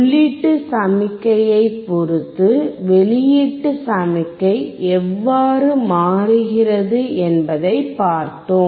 உள்ளீட்டு சமிக்ஞையைப் பொறுத்து வெளியீட்டு சமிக்ஞை எவ்வாறு மாறுகிறது என்பதைப் பார்த்தோம்